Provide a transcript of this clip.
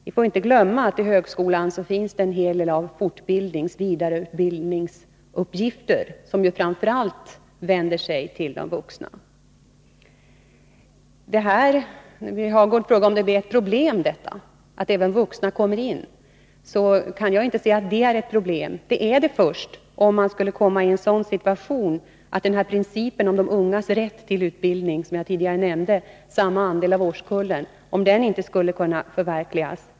Vi får inte glömma att i högskolan finns det en hel del av fortbildningsoch vidareutbildningsuppgifter, som speciellt vänder sig till de vuxna. Birger Hagård frågade om det är ett problem att även vuxna kommer in. Det är det först om man kommer in i en sådan situation att principen om de ungas rätt till utbildning inte kan förverkligas.